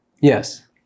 Yes